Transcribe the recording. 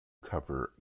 cover